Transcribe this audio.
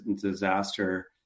disaster